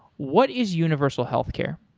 what is universal healthcare?